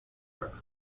work